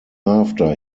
after